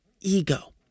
ego